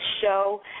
show